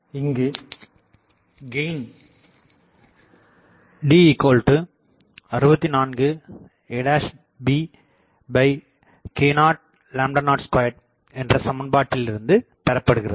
இங்குக் gain D64 a bk002என்ற சமன்பாட்டிலிருந்து பெறப்படுகிறது